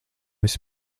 esi